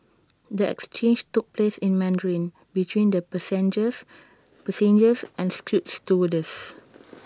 the exchange took place in Mandarin between the passenger and A scoot stewardess